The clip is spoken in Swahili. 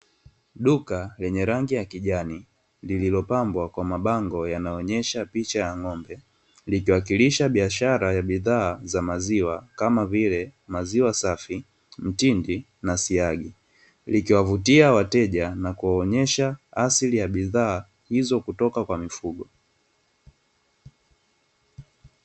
Duka lenye rangi ya Kijani lililopambwa kwa mabango yanayo onyesha picha ya Ng'ombe, likiwakilisha biashara ya bidhaa za Maziwa, kama vile maziwa safi, Mtindi, na Siagi likiwavutia wateja na kuwa onyesha asili ya bidhaa hizo kutoka kwa mifugo.